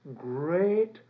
great